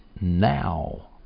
now